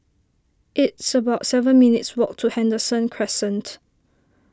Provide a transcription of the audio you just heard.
it's about seven minutes' walk to Henderson Crescent